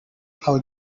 how